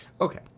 Okay